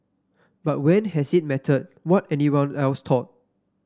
but when has it mattered what anyone else thought